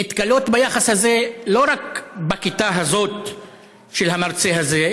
נתקלות ביחס הזה לא רק בכיתה הזאת של המרצה הזה,